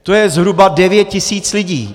To je zhruba 9 tisíc lidí.